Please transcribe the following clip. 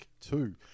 two